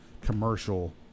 commercial